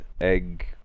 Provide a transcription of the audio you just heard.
egg